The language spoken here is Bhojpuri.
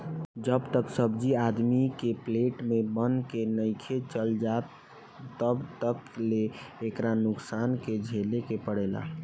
जब तक सब्जी आदमी के प्लेट में बन के नइखे चल जात तब तक ले एकरा नुकसान के झेले के पड़ेला